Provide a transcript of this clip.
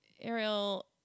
Ariel